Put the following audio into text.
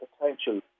potential